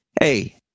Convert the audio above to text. hey